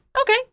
Okay